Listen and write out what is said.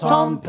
Tom